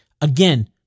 Again